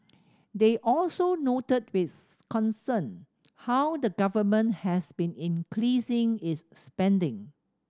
they also noted with concern how the Government has been increasing its spending